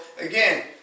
again